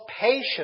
patience